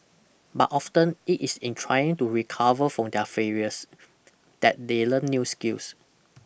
but often it is in trying to recover from their failures that they learn new skills